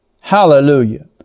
Hallelujah